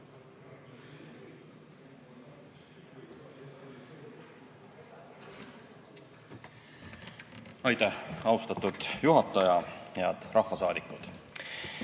Aitäh, austatud juhataja! Head rahvasaadikud!